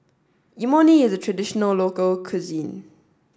Imoni is a traditional local cuisine